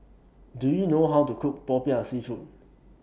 Do YOU know How to Cook Popiah Seafood